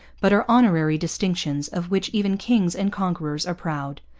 but are honorary distinctions of which even kings and conquerors are proud.